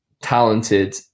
talented